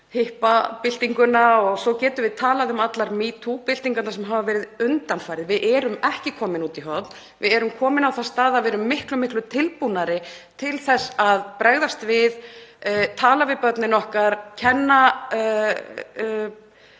hippabyltinguna og við getum talað um allar #metoo-byltingarnar sem hafa verið undanfarið. Við erum ekki komin út í horn. Við erum komin á þann stað að vera miklu tilbúnari til þess að bregðast við, tala við börnin okkar, fræða